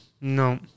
no